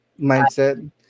mindset